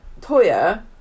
Toya